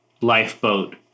lifeboat